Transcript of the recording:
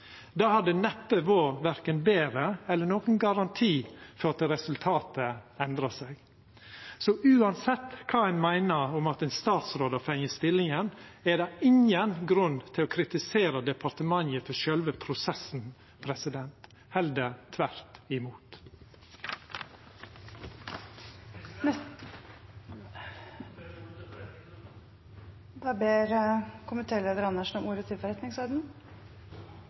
hadde neppe vore verken betre eller nokon garanti for at resultatet endra seg. Uansett kva ein meiner om at ein statsråd har fått stillinga, er det ingen grunn til å kritisera departementet for sjølve prosessen, heller tvert imot. Komitéleder Dag Terje Andersen har bedt om ordet